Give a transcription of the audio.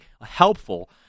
helpful